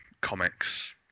comics